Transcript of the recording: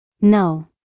No